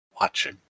watching